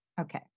Okay